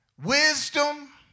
wisdom